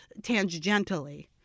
tangentially